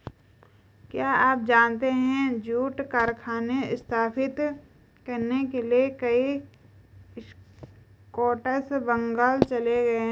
क्या आप जानते है जूट कारखाने स्थापित करने के लिए कई स्कॉट्स बंगाल चले गए?